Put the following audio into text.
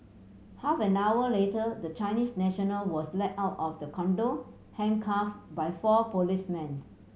half an hour later the Chinese national was led out of the condo handcuffed by four policemen